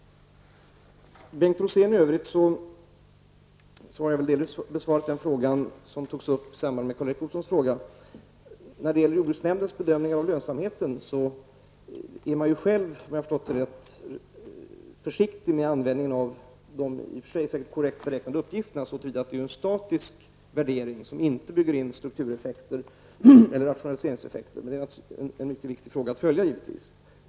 För övrigt har jag delvis besvarat Bengt Roséns fråga i samband med Karl Erik Olssons fråga. När det gäller jordbruksnämndens bedömningar av lönsamheten är man -- om jag har förstått det rätt -- försiktig med användningen av de i och för sig säkert korrekt beräknade uppgifterna så till vida att det rör sig om en statisk värdering som inte bygger in struktureffekter eller rationaliseringseffekter. Men det är givetvis en mycket viktig fråga att följa.